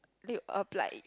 Luke applied it